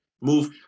move